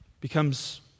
becomes